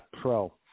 Pro